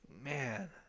Man